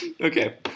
Okay